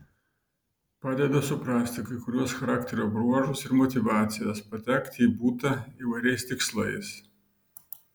padeda suprasti kai kuriuos charakterio bruožus ir motyvacijas patekti į butą įvairiais tikslais